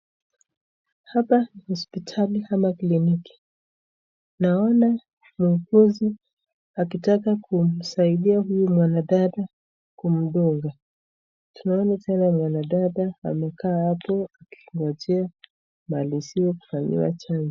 Hapa ni hospitali ama kliniki, naona muuguzi akitaka kumsaidia huyu mwanadada kumdunga. Tunaeza sema mwanadada amekaa hapo akingojea amaliziwe kufanyiwa chanjo.